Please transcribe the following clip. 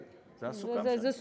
זה התנאי היחיד, ועליו אני מסכימה.